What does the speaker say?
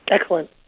Excellent